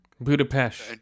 Budapest